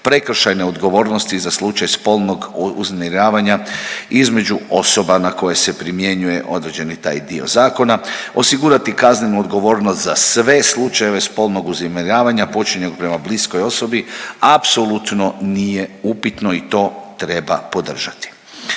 prekršajne odgovornosti za slučaj spolnog uznemiravanja između osoba na koje se primjenjuje određeni taj dio zakona. Osigurati kaznenu odgovornost za sve slučajeve spolnog uznemiravanja počinjen prema bliskoj osobi, apsolutno nije upitno i to treba podržati.